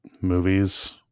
movies